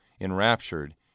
Enraptured